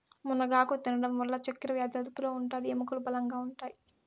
మునగాకు తినడం వల్ల చక్కరవ్యాది అదుపులో ఉంటాది, ఎముకలు బలంగా ఉంటాయి